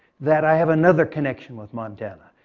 that i have another connection with montana.